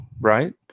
right